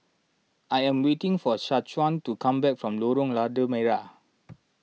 I am waiting for Shaquan to come back from Lorong Lada Merah